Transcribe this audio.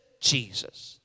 Jesus